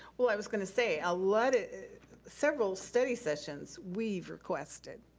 well, i was gonna say, ah like several study sessions we've requested,